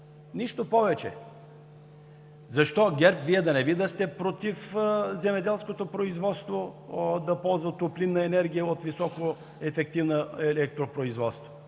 нищо повече. Защо, ГЕРБ, Вие да не би да сте против земеделското производство да ползва топлинна енергия от високоефективно електропроизводство?